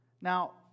Now